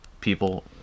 people